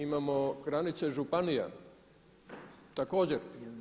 Imamo granice županija također.